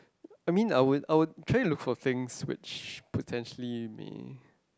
I mean I would I would try to look for things which potentially may